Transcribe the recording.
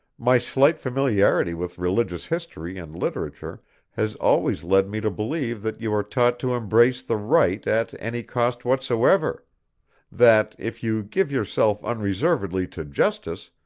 my slight familiarity with religious history and literature has always led me to believe that you are taught to embrace the right at any cost whatsoever that, if you give yourself unreservedly to justice,